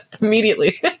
immediately